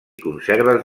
conserves